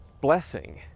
blessing